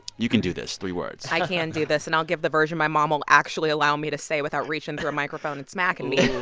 you can do this three words i can do this. and i'll give the version my mom will actually allow me to say without reaching through a microphone and smacking me.